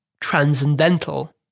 transcendental